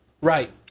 Right